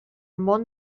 món